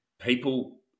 people